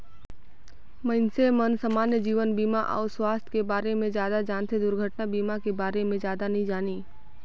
मइनसे मन समान्य जीवन बीमा अउ सुवास्थ के बारे मे जादा जानथें, दुरघटना बीमा के बारे मे जादा नी जानें